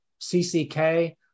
CCK